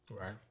Right